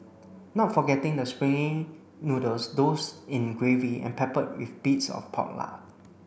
not forgetting the springy noodles doused in gravy and peppered with bits of pork lard